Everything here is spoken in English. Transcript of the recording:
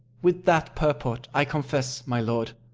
with that purport i confess, my lord.